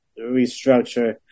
restructure